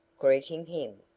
greeting him.